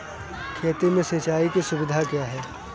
खेती में सिंचाई की सुविधा क्या है?